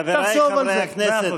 תחשוב על זה.